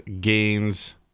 gains